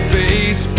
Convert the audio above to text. face